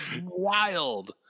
Wild